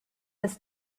his